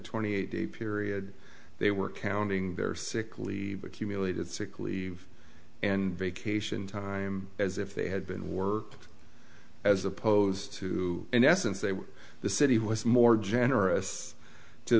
twenty eight day period they were counting their sick leave accumulated sick leave and vacation time as if they had been worked as opposed to in essence they were the city was more generous to